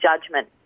judgment